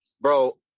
Bro